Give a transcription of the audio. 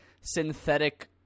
synthetic